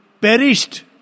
perished